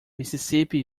mississippi